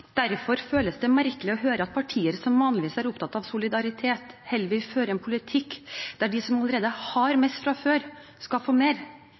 føles det merkelig å høre at partier som vanligvis er opptatt av solidaritet, heller vil føre en politikk der de som allerede har mest, får mer.